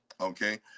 Okay